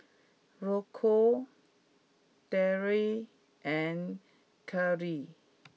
Rocco Daryle and Curley